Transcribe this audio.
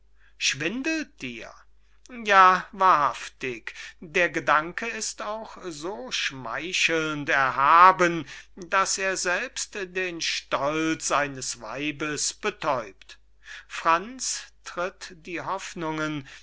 schwindelt dir ja wahrhaftig der gedanke ist auch so schmeichelnd erhaben daß er selbst den stolz eines weibes betäubt franz tritt die hoffnungen